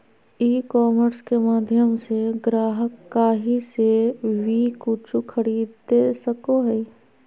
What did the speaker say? ई commerce के माध्यम से ग्राहक काही से वी कूचु खरीदे सको हइ